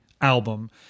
album